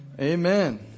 Amen